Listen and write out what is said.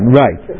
right